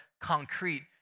concrete